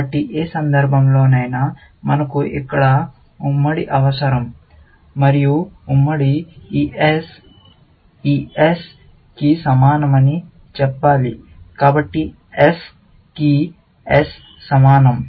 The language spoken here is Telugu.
కాబట్టి ఏ సందర్భంలోనైనా మనకు ఇక్కడ ఉమ్మడి అవసరం మరియు ఉమ్మడి ఈ S ఈ S కి సమానమని చెప్పాలి కాబట్టి S కి S కి సమానం